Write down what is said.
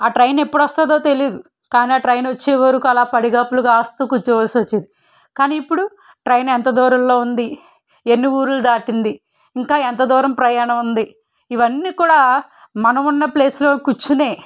ఆ ట్రైన్ ఎప్పుడు వస్తుందో తెలియదు కానీ ఆ ట్రైన్ వచ్చేవరకు అలా పడిగాపులు కాస్తు కూర్చోవలసి వచ్చేది కానీ ఇప్పుడు ట్రైన్ ఎంత దూరంలో ఉంది ఎన్ని ఊళ్ళు దాటింది ఇంకా ఎంత దూరం ప్రయాణం ఉంది ఇవన్నీ కూడా మనం ఉన్న ప్లేస్లో కూర్చునే